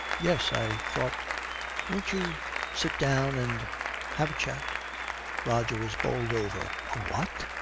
yes, i thought won't you sit down and have a chat roger is bowled over. a what?